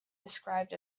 described